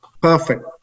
Perfect